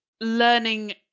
learning